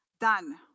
done